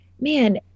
man